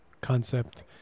concept